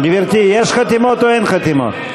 גברתי, יש חתימות או אין חתימות?